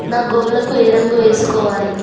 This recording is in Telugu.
నా గోళ్లకు ఏ రంగు వేసుకోవాలి